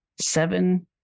Seven